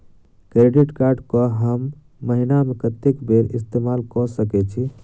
Credit card कऽ हम महीना मे कत्तेक बेर इस्तेमाल कऽ सकय छी?